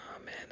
amen